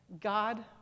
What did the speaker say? God